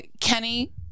Kenny